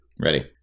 Ready